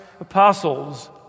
apostles